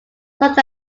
such